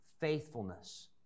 faithfulness